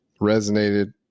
resonated